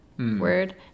word